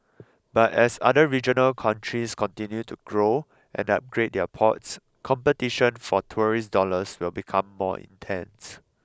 but as other regional countries continue to grow and upgrade their ports competition for tourist dollars will become more intense